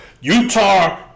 Utah